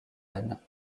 ânes